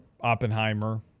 Oppenheimer